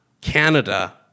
Canada